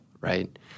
right